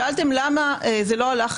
שאלתם למה זה לא הלך